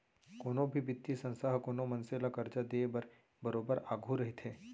कोनो भी बित्तीय संस्था ह कोनो मनसे ल करजा देय बर बरोबर आघू रहिथे